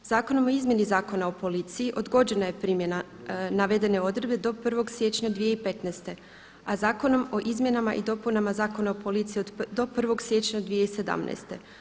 Zakonom o izmjeni Zakona o policiji odgođena je primjena navedene odredbe do 1. siječnja 2015., a Zakonom o izmjenama i dopunama Zakona o policiji do 1. siječnja 2017.